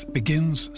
begins